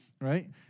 right